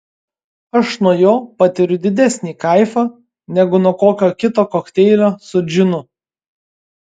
aš nuo jo patiriu didesnį kaifą negu nuo kokio kito kokteilio su džinu